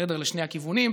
לשני הכיוונים,